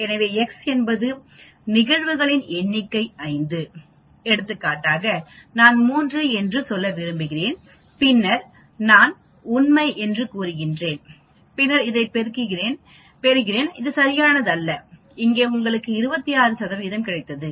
எனவே x என்பது நிகழ்வுகளின் எண்ணிக்கை 5 எடுத்துக்காட்டாக நான் 3 என்று சொல்ல விரும்புகிறேன் பின்னர் நான் உண்மை என்று கூறுகிறேன் பின்னர் இதைப் பெறுகிறேன்இது சரியானதல்ல இங்கே உங்களுக்கு 26 சதவிகிதம் கிடைத்தது